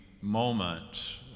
moment